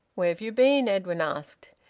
where've you been? edwin asked.